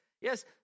yes